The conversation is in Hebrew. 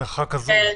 מרחק הזום.